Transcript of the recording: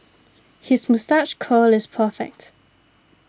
his moustache curl is perfect